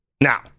Now